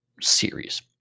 series